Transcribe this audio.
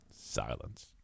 Silence